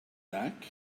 back